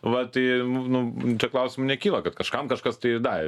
va tai nu nu čia klausimų nekyla kad kažkam kažkas tai davė